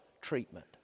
treatment